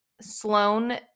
Sloane